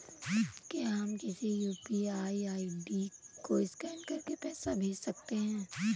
क्या हम किसी यू.पी.आई आई.डी को स्कैन करके पैसे भेज सकते हैं?